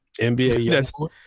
NBA